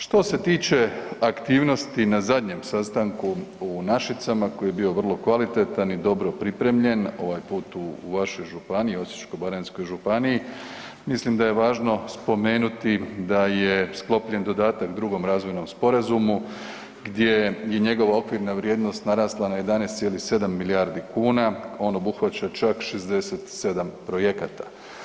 Što se tiče aktivnosti na zadnjem sastanku u Našicama koji je bio vrlo kvalitetan i dobro pripremljen, ovaj put u vašoj županiji Osječko-baranjskoj županiji, mislim da je važno spomenuti da je sklopljen dodatak 2. razvojnom sporazumu gdje je njegova okvirna vrijednost narasla na 11,7 milijardi kuna, on obuhvaća čak 67 projekata.